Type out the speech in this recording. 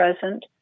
present